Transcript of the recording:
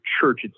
church